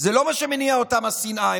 לא מה שמניע אותם, השנאה.